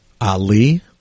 Ali